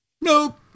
Nope